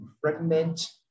Fragment